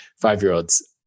five-year-olds